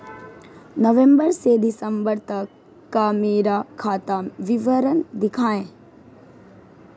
नवंबर से दिसंबर तक का मेरा खाता विवरण दिखाएं?